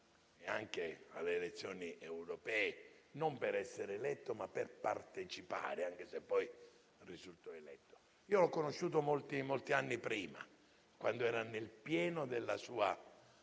e anche alle elezioni europee, non per essere eletto, ma per partecipare, anche se poi risultò eletto. Io l'ho conosciuto molti anni prima, quando era nel pieno della sua